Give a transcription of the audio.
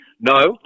no